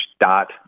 dot